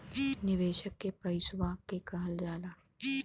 निवेशक के पइसवा के कहल जाला